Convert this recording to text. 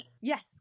yes